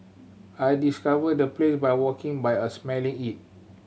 I discovered the place by walking by a smelling it